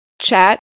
chat